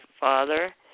Father